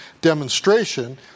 demonstration